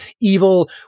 Evil